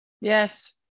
Yes